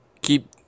keep